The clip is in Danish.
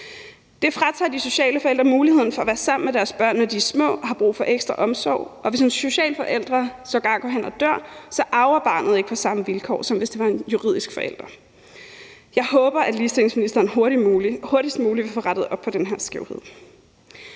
Det fratager de sociale forældre muligheden for at være sammen med deres børn, når de er små og har brug for ekstra omsorg, og hvis en social forælder sågar går hen og dør, arver barnet ikke på samme vilkår, som hvis det var en juridisk forælder. Jeg håber, at ligestillingsministeren hurtigst muligt vil få rettet op på den her skævhed.